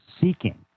seeking